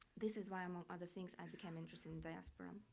this is why, among other things, i became interested in diaspora. um